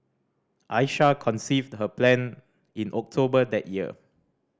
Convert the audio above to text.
Aisha conceived her plan in October that year